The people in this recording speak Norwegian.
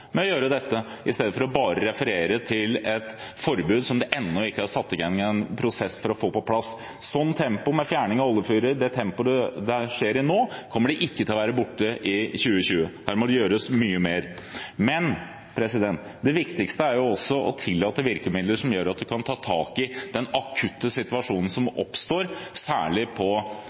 med å gjøre dette, i stedet for bare å referere til et forbud som det ennå ikke er satt i gang en prosess for å få på plass. I det tempoet som fjerning av oljefyrer nå skjer, kommer disse ikke til å være borte i 2020. Her må det gjøres mye mer. Men det viktigste er å tillate virkemidler som gjør at man kan ta tak i den akutte situasjonen som oppstår, særlig på